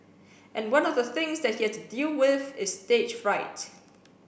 and one of the things that he has to deal with is stage fright